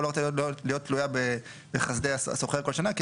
ולא רוצה להיות תלויה בחסדי השוכר כל שנה כי